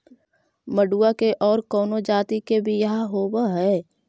मडूया के और कौनो जाति के बियाह होव हैं?